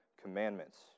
Commandments